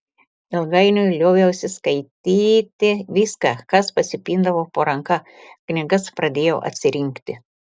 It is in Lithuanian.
ilgainiui lioviausi skaityti viską kas pasipindavo po ranka knygas pradėjau atsirinkti